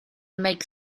make